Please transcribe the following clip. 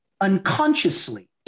unconsciously